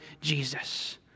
Jesus